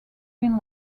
been